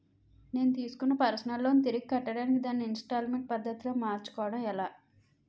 నేను తిస్కున్న personal loan తిరిగి కట్టడానికి దానిని ఇంస్తాల్మేంట్ పద్ధతి లో మార్చుకోవడం ఎలా?